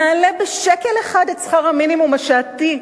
נעלה בשקל אחד את שכר המינימום השעתי,